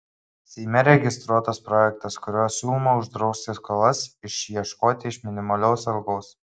seime registruotas projektas kuriuo siūloma uždrausti skolas išieškoti iš minimalios algos